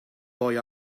boy